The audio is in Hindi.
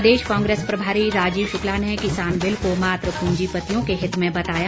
प्रदेश कांग्रेस प्रभारी राजीव शुक्ला ने किसान बिल को मात्र पूंजीपतियों के हित में बताया